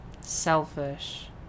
selfish